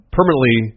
Permanently